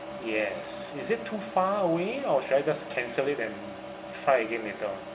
yes is it too far away or should I just cancel it and fly again later on